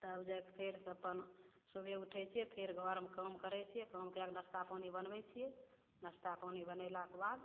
तब जाइके फेरसँ अपन सुबहे उठय छियै फेर घरमे काम करय छियै काम कए कऽ नस्ता पानि बनबय छियै नस्ता पानि बनैलाके बाद